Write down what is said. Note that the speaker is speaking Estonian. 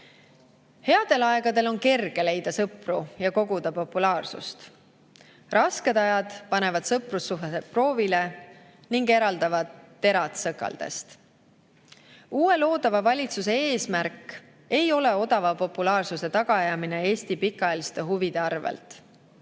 aegadel on kerge leida sõpru ja koguda populaarsust. Rasked ajad panevad sõprussuhted proovile ning eraldavad terad sõkaldest. Uue, loodava valitsuse eesmärk ei ole odava populaarsuse tagaajamine Eesti pikaajaliste huvide arvel.